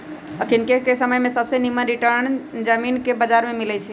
अखनिके समय में सबसे निम्मन रिटर्न जामिनके बजार में मिलइ छै